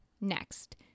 Next